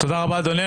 תודה רבה, אדוני.